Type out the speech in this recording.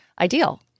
ideal